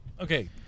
Okay